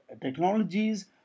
Technologies